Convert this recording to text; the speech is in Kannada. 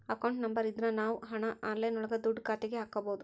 ಅಕೌಂಟ್ ನಂಬರ್ ಇದ್ರ ನಾವ್ ಹಣ ಆನ್ಲೈನ್ ಒಳಗ ದುಡ್ಡ ಖಾತೆಗೆ ಹಕ್ಬೋದು